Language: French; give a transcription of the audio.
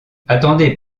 attendez